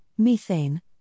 methane